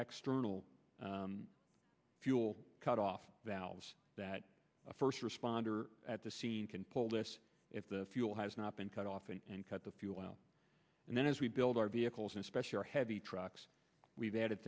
little fuel cut off valves that first responder at the scene can pull this if the fuel has not been cut off and cut the fuel well and then as we build our vehicles and especially our heavy trucks we've added